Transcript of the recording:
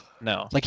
No